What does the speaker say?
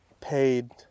paid